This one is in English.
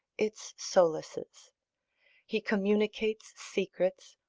its solaces he communicates secrets,